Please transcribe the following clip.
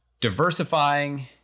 Diversifying